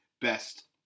best